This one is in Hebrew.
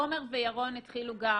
עומר וירון התחילו גם